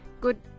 Good